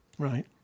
Right